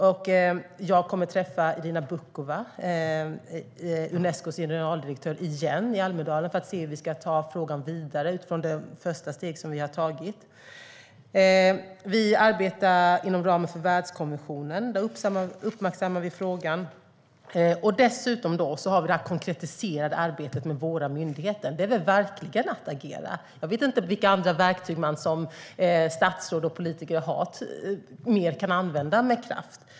Jag kommer igen att träffa Irina Bokova, Unescos generaldirektör, i Almedalen för att se hur vi ska ta frågan vidare utifrån de första steg som vi har tagit. Vi arbetar inom ramen för Världskommissionen, där vi uppmärksammar frågan. Dessutom har vi det konkretiserade arbetet med våra myndigheter. Det är väl verkligen att agera! Jag vet inte vilka ytterligare verktyg som man som statsråd och politiker kan använda med kraft.